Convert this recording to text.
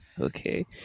okay